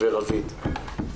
ורביד.